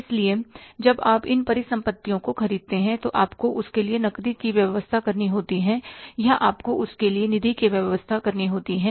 इसलिए जब आप इन परिसंपत्तियों को खरीदते हैं तो आपको उसके लिए नकदी की व्यवस्था करनी होती है या आपको उसके लिए निधि की व्यवस्था करनी होती है